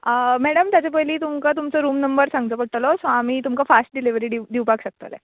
madam तेज्या पयली तुमकां तुमचो रूम नंबर सांगचो पडटोलो सो आमी तुमकां फाश्ट डिलिवरी डिव दिवपाक शकतले